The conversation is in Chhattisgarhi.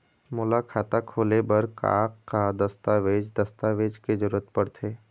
मोला खाता खोले बर का का दस्तावेज दस्तावेज के जरूरत पढ़ते?